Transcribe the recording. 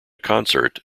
concert